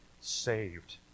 saved